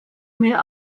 mir